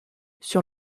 sur